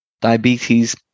Diabetes